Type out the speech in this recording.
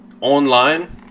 online